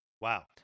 Wow